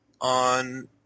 on